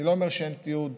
אני לא אומר שאין תיעוד